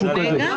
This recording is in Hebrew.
משהו כזה.